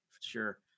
sure